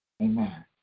Amen